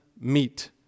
meet